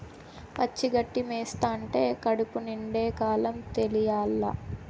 పచ్చి గడ్డి మేస్తంటే కడుపు నిండే కాలం తెలియలా